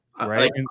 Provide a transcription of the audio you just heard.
Right